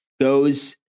goes